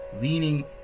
leaning